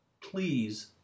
Please